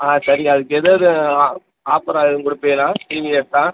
ஆ சரிங்க அதுக்கு எதெது ஆஃபரா எதுவும் கொடுப்பேகளா டிவி எடுத்தால்